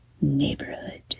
neighborhood